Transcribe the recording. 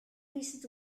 recent